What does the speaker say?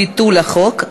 ביטול החוק),